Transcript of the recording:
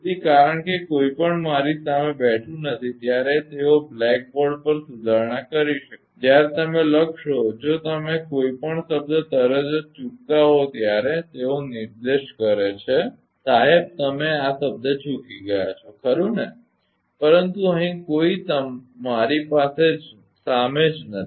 તેથી કારણ કે કોઈ પણ મારી સામે બેઠું નથી ત્યારે તેઓ બ્લેકબોર્ડ પર સુધારણા કરી શકે છે જ્યારે તમે લખશો જો અમે કોઈ પણ શબ્દ તરત જ ચૂકતા હો ત્યારે તેઓ નિર્દેશ કરે છે સાહેબ તમે આ શબ્દ ચૂકી ગયો છે ખરુ ને પરંતુ અહીં કોઈ મારી સામે જ નથી